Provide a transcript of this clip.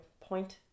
point